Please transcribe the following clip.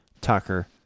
Tucker